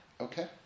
okay